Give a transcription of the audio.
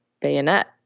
bayonet